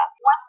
One